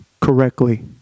correctly